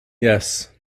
yes